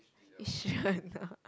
you s~ sure or not